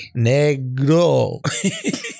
Negro